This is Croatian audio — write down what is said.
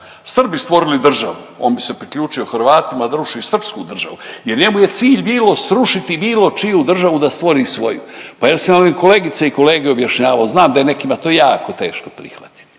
Srbi stvorili državu on bi se priključio Hrvatima da sruši srpsku državu jer njemu je cilj bilo srušiti bilo čiju državu da stvori svoju. Pa jesam li vam kolegice i kolege objašnjavao, znam da je nekima to jako teško prihvatiti,